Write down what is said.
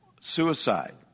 suicide